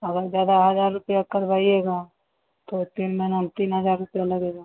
और ज़्यादा हज़ार रुपया करवाइएगा तो तीन महीना में तीन हज़ार रुपया लगेगा